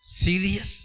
Serious